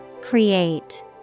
Create